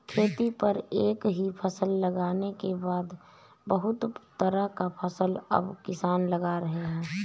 खेती पर एक ही फसल लगाने के बदले बहुत तरह का फसल अब किसान लगा रहे हैं